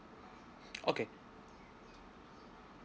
okay